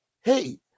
hey